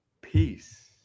peace